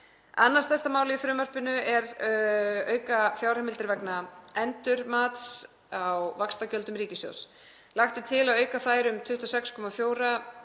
Annað stærsta málið í frumvarpinu eru auknar fjárheimildir vegna endurmats á vaxtagjöldum ríkissjóð. Lagt er til að auka þær um 26,4